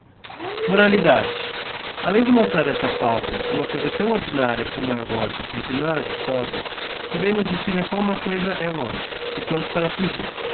moralidade alêra de mostrar esta fabula huma cousa tão ordinária como he ódio entre noras e sogras também nos ensina quão má cousa he o ódio e quanto para fugir